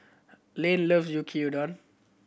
Lane loves Yuki Udon